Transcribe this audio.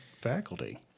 faculty